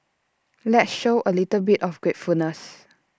let's show A little bit of gratefulness